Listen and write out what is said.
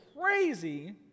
crazy